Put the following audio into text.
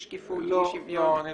אי-שוויון?